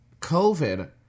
COVID